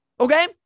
Okay